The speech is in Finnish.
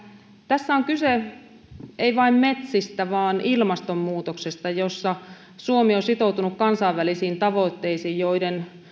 tässä on kyse ei vain metsistä vaan ilmastonmuutoksesta jossa suomi on sitoutunut kansainvälisiin tavoitteisiin joiden